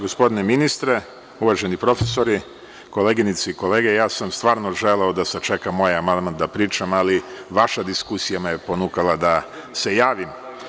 Gospodine ministre, uvaženi profesori, koleginice i kolege, ja sam stvarno želeo da sačekam moj amandman da pričam, ali vaša diskusija me ponukala da se javim.